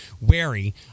wary